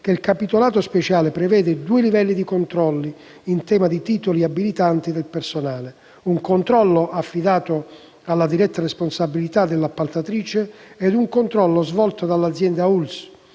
che il capitolato speciale prevede due livelli di controlli in tema di titoli abilitanti del personale: un controllo affidato alla diretta responsabilità dell'appaltatrice ed un controllo svolto dall'azienda ULSS.